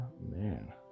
man